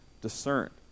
discerned